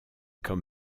quand